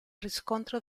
riscontro